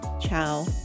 Ciao